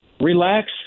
relax